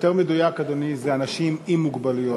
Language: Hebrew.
יותר מדויק, אדוני, זה אנשים עם מוגבלויות.